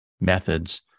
methods